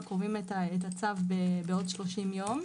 את הצו בעוד 30 יום.